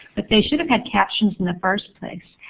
but they should have had captions in the first place.